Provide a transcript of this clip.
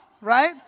right